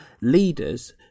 leaders